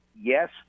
Yes